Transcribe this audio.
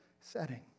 setting